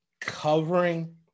covering